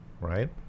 right